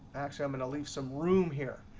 actually, i'm going to leave some room here.